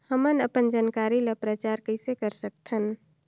हमन अपन जानकारी ल प्रचार कइसे कर सकथन?